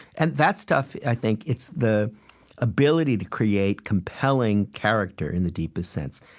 and that's tough, i think it's the ability to create compelling character in the deepest sense.